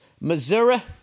Missouri